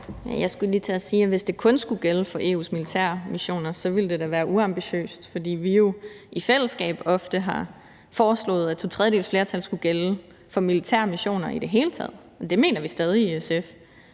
Jeg skulle lige til at sige, at hvis det kun skulle gælde for EU's militære missioner, ville det da være uambitiøst, fordi vi jo i fællesskab ofte har foreslået, at der skulle gælde to tredjedeles flertal for militære missioner i det hele taget. Og det mener vi stadig i SF.